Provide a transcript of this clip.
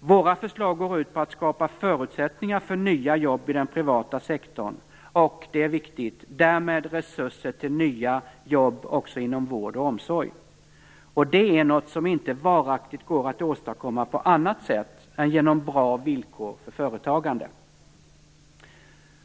Våra förslag går ut på att skapa förutsättningar för nya jobb i den privata sektorn, och därmed - det är viktigt - resurser till nya jobb också inom vård och omsorg. Det är något som inte varaktigt går att åstadkomma på annat sätt än genom bra villkor för företagande.